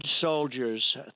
soldiers